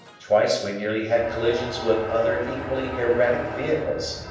twice we nearly had collisions with other equally erratic vehicles,